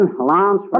Alarms